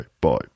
bye